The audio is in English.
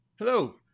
Hello